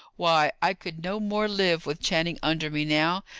why, i could no more live, with channing under me now,